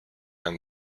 and